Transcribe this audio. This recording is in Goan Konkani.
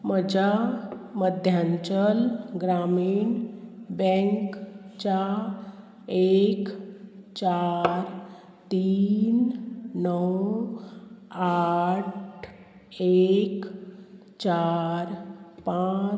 म्हज्या मध्यांचल ग्रामीण बँक च्या एक चार तीन णव आठ एक चार पांच